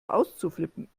auszuflippen